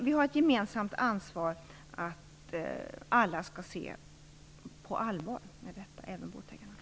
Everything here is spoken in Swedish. Vi har ett gemensamt ansvar för att få alla att se med allvar på detta problem - även båtägarna.